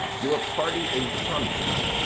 your party in converse,